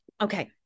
Okay